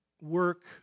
Work